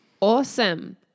Awesome